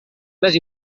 més